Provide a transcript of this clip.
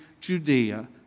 Judea